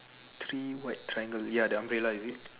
three white triangle ya the umbrella is it